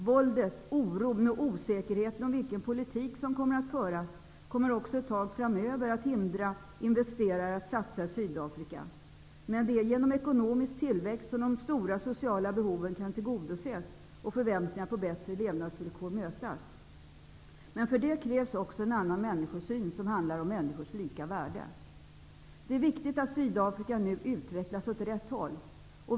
Våldet, oron och osäkerheten om vilken politik som kommer att föras kommer även ett tag framöver att hindra investerare att satsa i Sydafrika. Men det är genom ekonomisk tillväxt som de stora sociala behoven kan tillgodoses och förväntningar på bättre levnadsvillkor mötas. För det krävs också en annan människosyn. Det handlar om människors lika värde. Det är viktigt att Sydafrika nu utvecklas åt rätt håll.